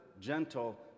gentle